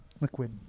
liquid